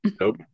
Nope